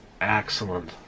excellent